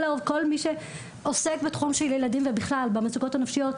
כל מי שעוסק בתחום של ילדים ובכלל במצוקות הנפשיות,